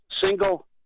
single